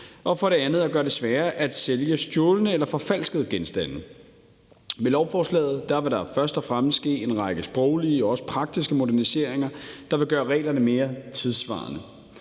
og for det andet at gøre det sværere at sælge stjålne eller forfalskede genstande. Med lovforslaget vil der først og fremmest ske en række sproglige og også praktiske moderniseringer, der vil gøre reglerne mere tidssvarende.